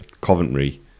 Coventry